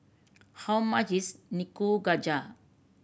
how much is Nikujaga